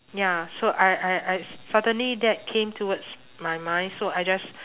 ya so I I I suddenly that came towards my mind so I just